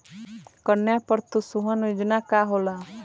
कन्या प्रोत्साहन योजना का होला?